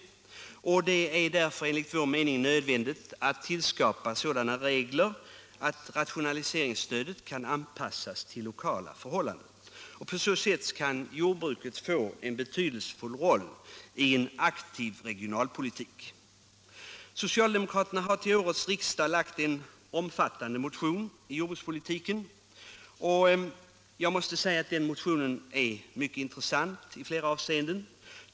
Det är därför enligt vår mening nödvändigt att skapa sådana regler att rationaliseringsstödet kan anpassas till lokala förhållanden. På så sätt kan jordbruket få en betydelsefull roll i en aktiv regionalpolitik. Socialdemokraterna har till årets riksdag lämnat in en omfattande motion om jordbrukspolitiken. Och jag måste säga att den motionen är mycket intressant i flera avseenden.